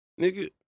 nigga